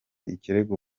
ikirego